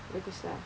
bagus ah